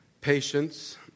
patience